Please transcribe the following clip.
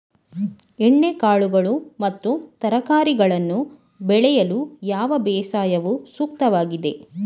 ಎಣ್ಣೆಕಾಳುಗಳು ಮತ್ತು ತರಕಾರಿಗಳನ್ನು ಬೆಳೆಯಲು ಯಾವ ಬೇಸಾಯವು ಸೂಕ್ತವಾಗಿದೆ?